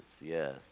Yes